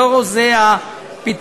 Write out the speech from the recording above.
לא זה הפתרון.